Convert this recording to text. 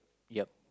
yep